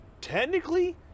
technically